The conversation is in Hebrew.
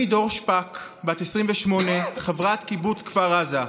אני דור שפק, בת 28, חברת קיבוץ כפר עזה.